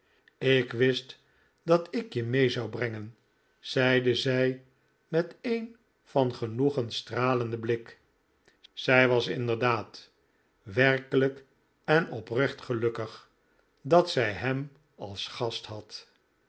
ik wist dat ik je mee zou brengen zeide zij met een van genoegen stralenden blik zij was inderdaad werkelijk en oprecht gelukkig dat zij hem als gast had